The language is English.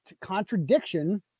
contradiction